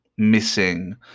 Missing